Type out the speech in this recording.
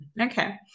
Okay